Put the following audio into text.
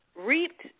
Reaped